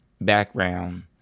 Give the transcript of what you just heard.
Background